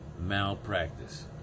Malpractice